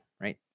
right